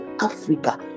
africa